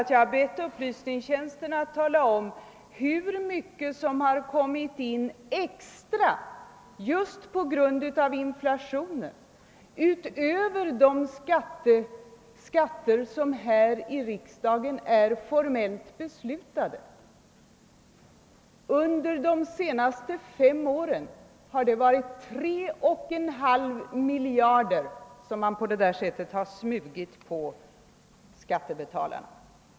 Jag har bett upplysningstjänsten att tala om hur mycket extra som har kommit in i skatter på grund av inflationen utöver de skatter som riksdagen for mellt har beslutat om. Under de senaste fem åren har det varit 3,5 miljarder, som man på det sättet har smugit på skattebetalarna.